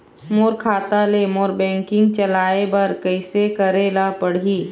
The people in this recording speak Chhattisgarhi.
मोर खाता ले मोर बैंकिंग चलाए बर कइसे करेला पढ़ही?